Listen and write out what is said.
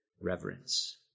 reverence